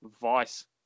Vice